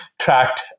tracked